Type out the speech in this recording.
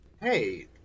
Hey